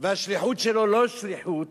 והשליחות שלו לא שליחות,